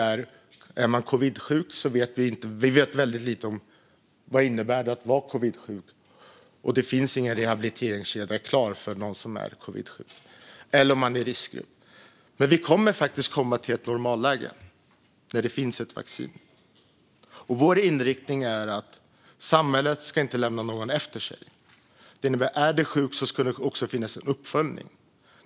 Vi vet nämligen väldigt lite om vad det innebär att vara covidsjuk, och det finns ingen rehabiliteringskedja klar för någon som är covidsjuk - eller för någon i riskgrupp. Men vi kommer faktiskt att komma till ett normalläge igen, när det finns ett vaccin. Vår inriktning är att samhället inte ska lämna någon efter sig. Det innebär att det ska finnas en uppföljning för den som är sjuk.